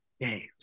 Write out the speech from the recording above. games